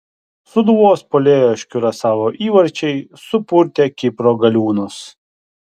sūduvos puolėjo iš kiurasao įvarčiai supurtė kipro galiūnus